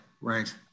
right